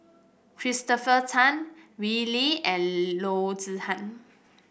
Christopher Tan Wee Lin and Loo Zihan